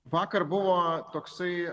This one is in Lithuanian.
vakar buvo toksai